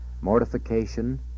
Mortification